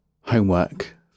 homework